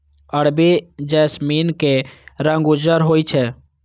अरबी जैस्मीनक रंग उज्जर होइ छै